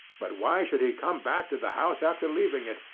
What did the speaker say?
but why should he come back to the house after leaving it?